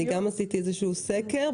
אני גם עשיתי איזשהו סקר.